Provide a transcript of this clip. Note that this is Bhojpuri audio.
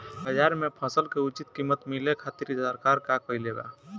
बाजार में फसल के उचित कीमत मिले खातिर सरकार का कईले बाऽ?